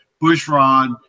Bushrod